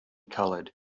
colored